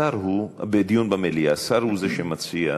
השר הוא זה שמציע.